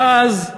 ואז,